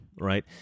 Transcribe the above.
right